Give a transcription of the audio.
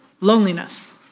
Loneliness